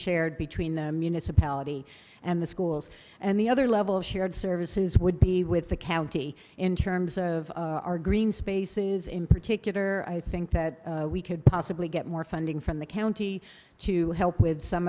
shared between the municipality and the schools and the other level of shared services would be with the county in terms of our green spaces in particular i think that we could possibly get more funding from the county to help with some